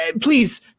Please